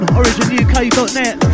originuk.net